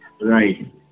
Right